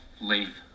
leave